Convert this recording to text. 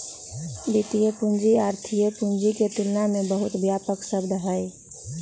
वित्तीय पूंजी आर्थिक पूंजी के तुलना में बहुत व्यापक शब्द हई